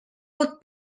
pot